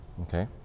okay